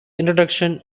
introduction